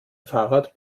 fahrrad